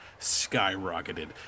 skyrocketed